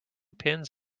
pins